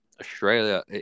Australia